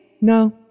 No